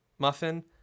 Muffin